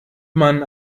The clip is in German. man